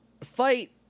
fight